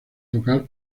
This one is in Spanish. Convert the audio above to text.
tocar